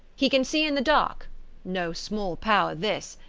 he can see in the dark no small power this,